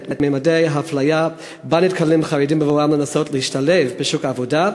את ממדי האפליה שבה נתקלים חרדים בבואם לנסות להשתלב בשוק העבודה,